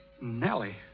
Nellie